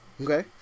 okay